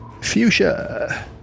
fuchsia